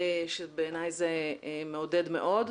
שבעיניי זה מעודד מאוד.